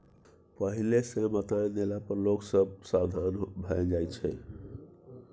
पहिले सँ बताए देला पर लोग सब सबधान भए जाइ छै